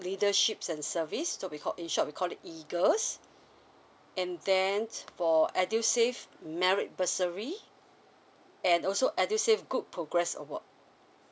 leaderships and service so we call in short we call it eagles and then for edu save married bursary and also edu save good progress award